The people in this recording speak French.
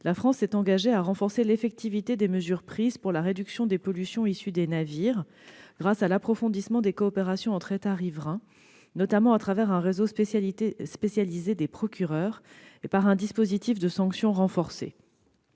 la France s'est engagée à renforcer l'effectivité des mesures prises pour la réduction des pollutions issues des navires, grâce à l'approfondissement des coopérations entre les États riverains, notamment à travers un réseau spécialisé des procureurs, et à un dispositif de sanctions renforcé.